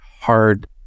hard